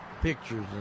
pictures